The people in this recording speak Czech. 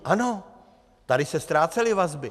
Ano, tady se ztrácely vazby.